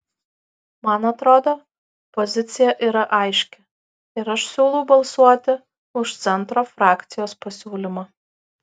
man atrodo pozicija yra aiški ir aš siūlau balsuoti už centro frakcijos pasiūlymą